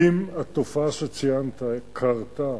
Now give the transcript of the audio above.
אם התופעה שציינת קרתה